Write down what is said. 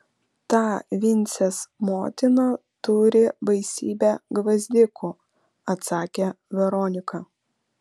ta vincės motina turi baisybę gvazdikų atsakė veronika